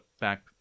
back